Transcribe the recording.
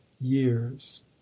years